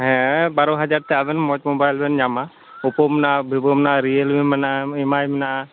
ᱦᱮᱸ ᱵᱟᱨᱳ ᱦᱟᱡᱟᱨ ᱛᱮ ᱟᱵᱮᱱ ᱢᱚᱡᱽ ᱢᱳᱵᱟᱭᱤᱞ ᱵᱮᱱ ᱧᱟᱢᱟ ᱚᱯᱳ ᱢᱮᱱᱟᱜᱼᱟ ᱵᱷᱤᱵᱳ ᱢᱮᱱᱟᱜᱼᱟ ᱨᱤᱭᱮᱞᱢᱤ ᱢᱮᱱᱟᱜᱼᱟ ᱮᱢᱟᱭ ᱢᱮᱱᱟᱜᱼᱟ